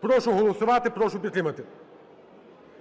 Прошу голосувати, прошу підтримати.